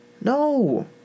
No